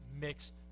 mixed